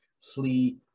flee